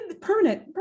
permanent